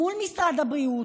מול משרד הבריאות,